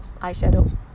Eyeshadow